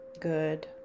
good